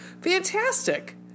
Fantastic